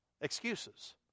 Excuses